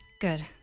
Good